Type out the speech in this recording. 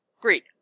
great